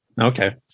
Okay